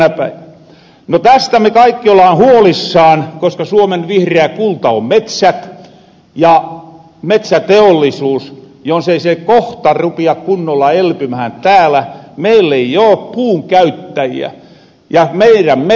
tästä me kaikki ollahan huolissaan koska suomen vihreä kulta on metsät ja jos ei se metsäteollisuus kohta rupia kunnolla elpymähän täällä meil ei oo puunkäyttäjiä ja meirän mettät ränsistyy